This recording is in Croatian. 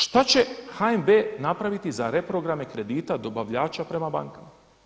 Šta će HNB napraviti za reprograme kredita dobavljača prema bankama?